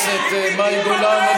(חבר הכנסת אלי אבידר יוצא מאולם המליאה.) חברת הכנסת מאי גולן,